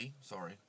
sorry